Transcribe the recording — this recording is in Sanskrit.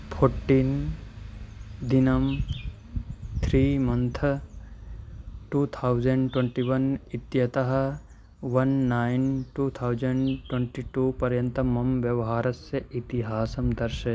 फ़ोट्टीन् दिनं three month two thousand twenty one इत्यतः one nine two thousand twenty two पर्यन्तं मम व्यवहारस्य इतिहासं दर्शय